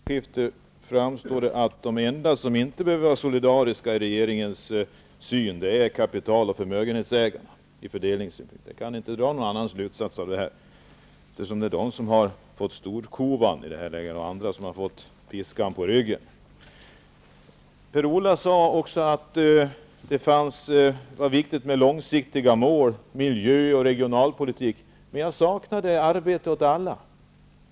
Fru talman! Av detta replikskifte framstod det som att de enda som enligt regeringen inte behöver vara solidariska ur fördelningssynpunkt är kapital och förmögenhetsägarna. Jag kan inte dra någon annan slutsats. De har fått storkovan, och andra har fått piskan på ryggen. Per-Ola Eriksson sade att det var viktigt med långsiktiga mål för miljö och regionalpolitik. Men jag saknade arbete åt alla.